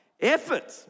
Effort